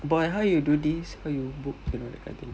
boy how you do this how you book